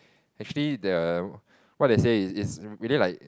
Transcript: actually the what they say is is really like